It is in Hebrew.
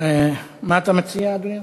מה אתה מציע?